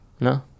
No